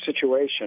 situation